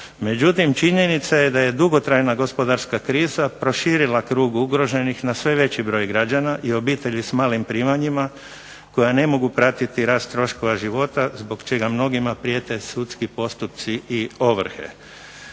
međutim činjenica je da je dugotrajna gospodarska kriza proširila krug ugroženi na sve veći broj građana i obitelji s malim primanjima, koja ne mogu pratiti rast troškova života, zbog čega mnogima prijete sudski postupci i ovrhe.